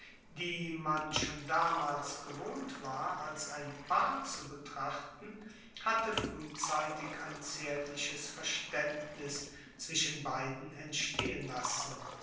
die man schon damals gewohnt war als ein paar zu betrachten hatte frühzeitig ein zärtliches verständnis zwischen beiden entstehen lassen